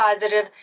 positive